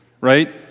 right